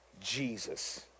Jesus